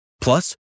Plus